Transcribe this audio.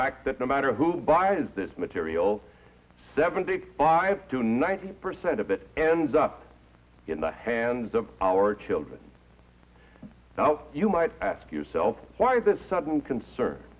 fact that no matter who buys this material seventy five to ninety percent of it ends up in the hands of our children you might ask yourself why this sudden concern